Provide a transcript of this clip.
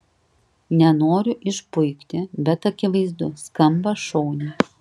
nenoriu išpuikti bet akivaizdu skamba šauniai